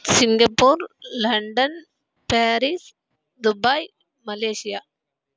Singapore London Paris Dubai Malaysia